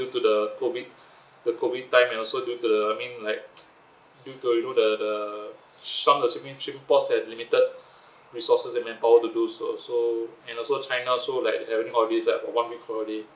due to the COVID the COVID time and also due to the I mean like due to due the the some of the shipping ports had limited resources and manpower to do so so and also china also like having holidays like one week holiday